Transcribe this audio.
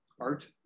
art